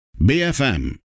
BFM